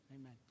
Amen